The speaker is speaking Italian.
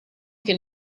che